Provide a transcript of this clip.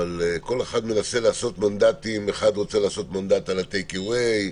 אבל כל אחד מנסה לעשות מנדטים אחד רוצה לעשות מנדט על הטייק אווי,